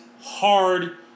hard